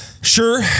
Sure